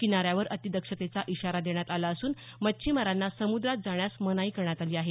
किनाऱ्यावर अतिदक्षतेचा इशारा देण्यात आला असून मच्छिमारांना समुद्रात जाण्यास मनाई करण्यात आली आहे